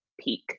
peak